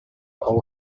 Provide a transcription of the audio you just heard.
all